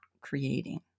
creating